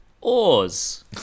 Oars